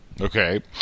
okay